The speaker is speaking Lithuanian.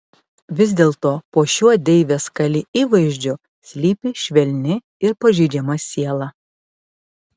vis dėlto po šiuo deivės kali įvaizdžiu slypi švelni ir pažeidžiama siela